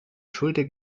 schulter